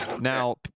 Now